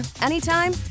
anytime